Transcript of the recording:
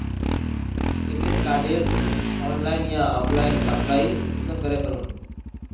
Credit कार्डेर online या offline apply कुंसम करे करूम?